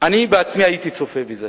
אני עצמי הייתי צופה בזה,